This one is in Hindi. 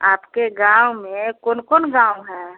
आपके गाँव में कौन कौन गाँव है